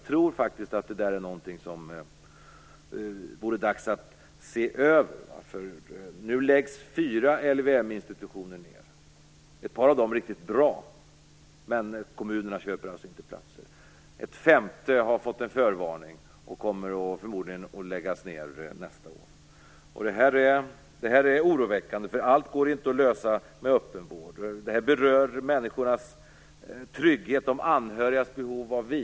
Det vore dags att se över detta. Nu skall fyra LVM-institutioner läggas ned. Ett par av dessa är riktigt bra institutioner, men kommunerna köper alltså inte några platser där. En femte institution har fått en förvarning och kommer förmodligen att läggas ned nästa år. Detta är oroväckande. Allt går inte att lösa med öppenvård. Det här berör människors trygghet och de anhörigas behov av vila.